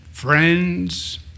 friends